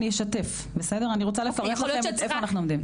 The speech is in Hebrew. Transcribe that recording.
אני אשתף, אני רוצה לפרט איפה אנחנו עומדים.